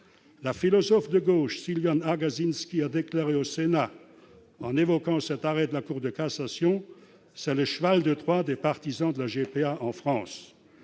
La philosophe de gauche Sylviane Agacinski a déclaré au Sénat que cet arrêt de la Cour de cassation était « le cheval de Troie des partisans de la GPA en France ».